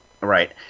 Right